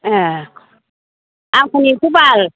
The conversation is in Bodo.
ए आंखौ नेथ' बाल